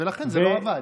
ולכן זה לא עבד.